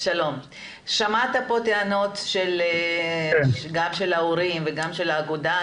שמעת פה טענות גם של ההורים וגם של האגודה,